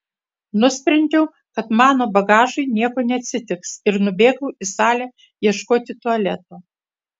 nusprendžiau kad mano bagažui nieko neatsitiks ir nubėgau į salę ieškoti tualeto